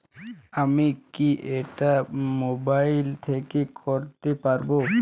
আমি কি এটা মোবাইল থেকে করতে পারবো?